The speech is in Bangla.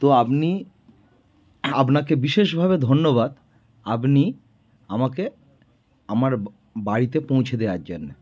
তো আপনি আপনাকে বিশেষভাবে ধন্যবাদ আপনি আমাকে আমার বাড়িতে পৌঁছে দেওয়ার জন্য